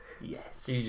Yes